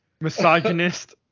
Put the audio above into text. misogynist